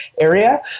area